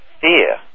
fear